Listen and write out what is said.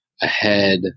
ahead